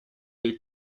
est